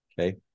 okay